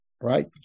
Right